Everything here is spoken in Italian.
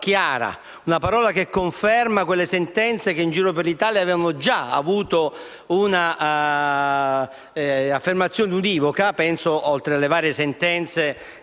chiara che conferma le sentenze che in giro per l'Italia avevano già avuto un'affermazione univoca. Penso alle varie sentenze